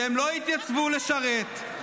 שהם לא יתייצבו לשרת?